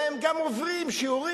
אלא הם גם עוברים שיעורים,